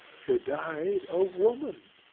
she died a woman,